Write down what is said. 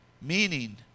Meaning